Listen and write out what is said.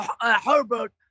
Herbert